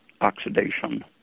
oxidation